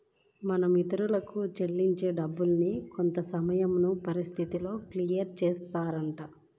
మనం ఇతరులకు చెల్లించే డబ్బుల్ని కొంతసమయం పరిధిలో క్లియర్ చేస్తుంటారు